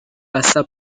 passa